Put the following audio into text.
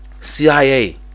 CIA